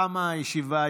תמה הישיבה.